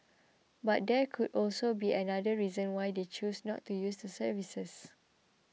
but there could also be other reasons why they choose not to use the services